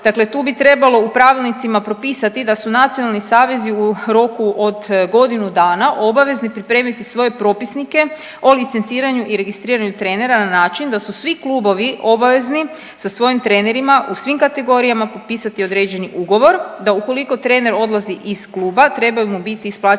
dakle tu bi trebalo u pravilnicima propisati da su nacionalni savezi u roku od godinu dana obavezni pripremiti svoje propisnike o licenciranju i registriranju trenera na način da su svi klubovi obavezni sa svojim trenerima u svim kategorijama potpisati određeni ugovor da ukoliko trener odlazi iz kluba trebaju mu biti isplaćena